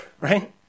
right